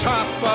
Top